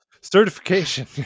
Certification